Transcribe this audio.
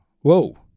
whoa